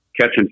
catching